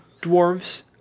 dwarves